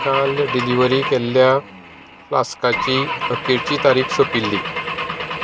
काल डिलिवरी केल्ल्या फ्लास्काची अखेरची तारीक सोंपिल्ली